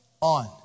on